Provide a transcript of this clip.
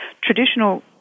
traditional